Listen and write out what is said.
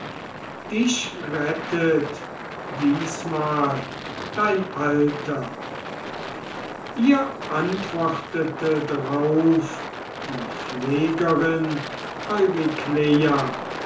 dich rettet diesmal dein alter ihr antwortete drauf die pflegerin